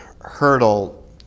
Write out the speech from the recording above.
hurdle